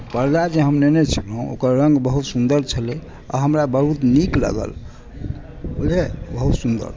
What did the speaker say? पर्दा जे हम लेने छलहुँ ओकर रङ्ग बहुत सुन्दर छलै आ हमरा बहुत नीक लागल बुझलियै बहुत सुन्दर